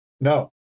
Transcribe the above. no